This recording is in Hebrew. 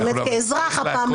באמת כאזרח הפעם,